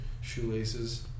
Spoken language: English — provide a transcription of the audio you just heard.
shoelaces